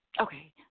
okay